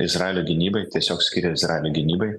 izraelio gynybai tiesiog skira izraelio gynybai